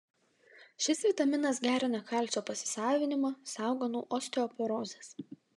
šis vitaminas gerina kalcio pasisavinimą saugo nuo osteoporozės